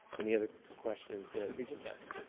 any other questions? yeah, regent tuss?